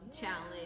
challenge